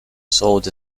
sold